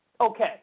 okay